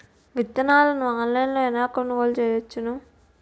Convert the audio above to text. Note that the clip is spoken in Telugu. విత్తనాలను ఆన్లైన్లో ఎలా కొనుగోలు చేయవచ్చున?